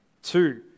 Two